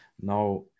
Now